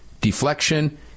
deflection